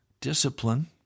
discipline